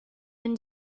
been